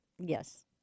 Yes